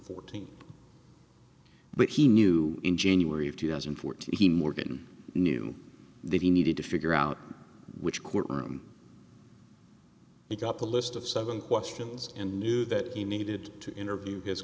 fourteen but he knew in january of two thousand and fourteen morgan knew that he needed to figure out which court room he got the list of seven questions and knew that he needed to interview his